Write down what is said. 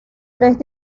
tres